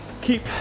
Keep